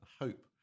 hope